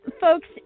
Folks